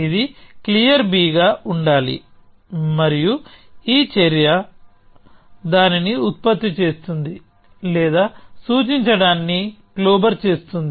ఇది క్లియర్ గా ఉండాలి మరియు ఈ చర్య దానిని ఉత్పత్తి చేస్తుంది లేదా సూచించడాన్ని క్లోబర్ చేస్తుంది